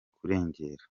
kurengera